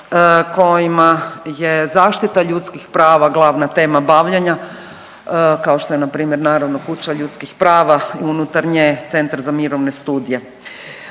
kojima je zaštita ljudskih prava glavna tema bavljenja kao što je npr. Kuća ljudskih prava, unutar nje Centar za mirovne studije.